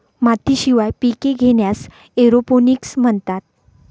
मातीशिवाय पिके घेण्यास एरोपोनिक्स म्हणतात